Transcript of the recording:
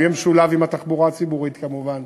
הוא יהיה משולב עם התחבורה הציבורית, כמובן,